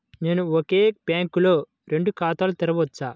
నేను ఒకే బ్యాంకులో రెండు ఖాతాలు తెరవవచ్చా?